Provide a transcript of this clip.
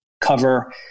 cover